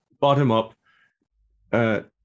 bottom-up